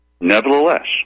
Nevertheless